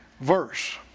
verse